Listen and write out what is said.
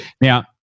now